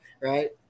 right